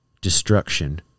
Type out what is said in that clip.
destruction